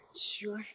Sure